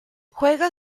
juega